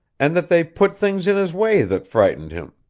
and that they put things in his way that frightened him.